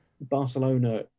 Barcelona